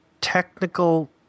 technical